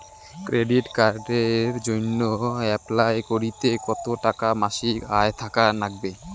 Credit কার্ডের জইন্যে apply করিতে কতো টাকা মাসিক আয় থাকা নাগবে?